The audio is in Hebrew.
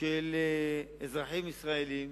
של אזרחים ישראלים